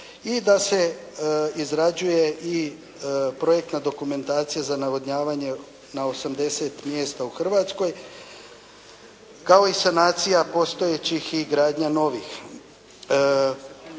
i da se izrađuje i projektna dokumentacija za navodnjavanje na 80 mjesta u Hrvatskoj kao i sanacija postojećih i gradnja novih.